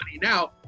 now